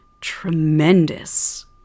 tremendous